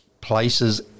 places